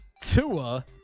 Tua